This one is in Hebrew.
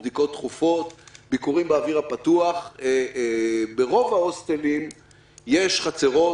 ביקורים באוויר הפתוח ברוב ההוסטלים יש חצרות,